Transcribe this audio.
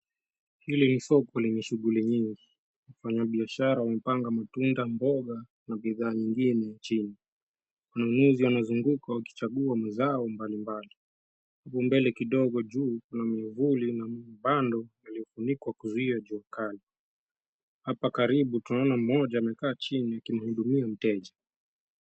Hili ni soko lenye shughuli mingi. Wanabiashara wamepanga matunda, mboga na bidhaa nyingine chini. Wanunuzi wanazunguka wakichagua mazao mabalimbali, huko mbele kidogo juu kuna mwavuli na mabando yaliofunikwa kuzuia jua kali. Hapa karibu tunaona mmoja amekaa chini akimhudumia mteja.